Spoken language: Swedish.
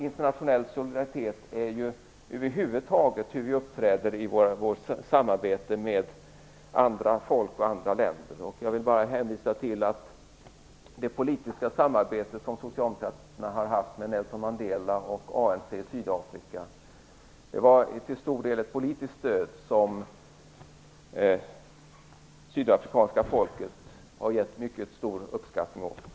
Internationell solidaritet är hur vi över huvud taget uppträder i vårt samarbete med andra folk och andra länder. Jag vill bara hänvisa till att det politiska samarbete som socialdemokraterna har haft med Nelson Mandela och ANC i Sydafrika till stor del var ett politiskt stöd, som sydafrikanska folket har uppskattat mycket.